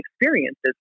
experiences